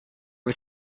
was